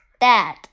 dad